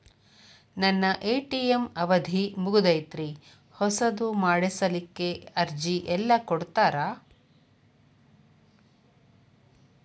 ನನ್ನ ಎ.ಟಿ.ಎಂ ಅವಧಿ ಮುಗದೈತ್ರಿ ಹೊಸದು ಮಾಡಸಲಿಕ್ಕೆ ಅರ್ಜಿ ಎಲ್ಲ ಕೊಡತಾರ?